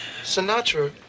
Sinatra